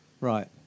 right